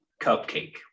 cupcake